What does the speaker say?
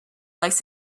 likes